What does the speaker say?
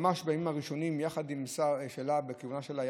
ממש בימים הראשונים בכהונה שלה,